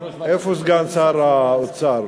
איפה סגן שר האוצר?